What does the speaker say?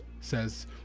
says